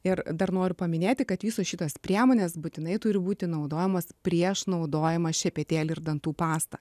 ir dar noriu paminėti kad visos šitos priemonės būtinai turi būti naudojamos prieš naudojamą šepetėlį ir dantų pastą